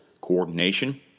coordination